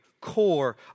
core